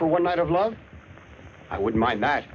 for one night of love i would mind that